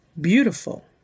beautiful